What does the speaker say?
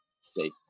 see